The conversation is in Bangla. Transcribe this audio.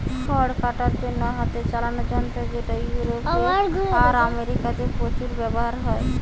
খড় কাটার জন্যে হাতে চালানা যন্ত্র যেটা ইউরোপে আর আমেরিকাতে প্রচুর ব্যাভার হয়